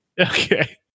Okay